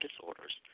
disorders